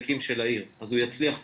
ואז הוא יצליח פחות.